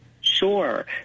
Sure